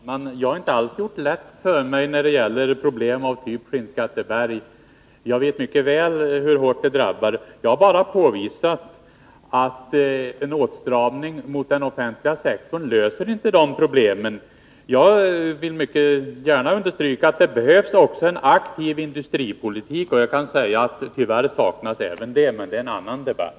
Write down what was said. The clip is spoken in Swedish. Fru talman! Jag har inte alls gjort det lätt för mig när det gäller problem av typen Skinnskatteberg — jag vet mycket väl hur hårt det drabbar både de anställda och kommunerna. Jag har bara påvisat att en åtstramning av den offentliga sektorn inte löser dessa problem. Jag vill mycket gärna understryka att det också behövs en aktiv industripolitik, och jag kan säga att tyvärr saknas även en sådan — men det är en annan debatt.